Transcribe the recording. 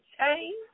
change